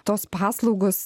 tos paslaugos